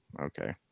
Okay